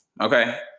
okay